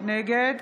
נגד